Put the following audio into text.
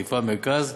חיפה ומרכז,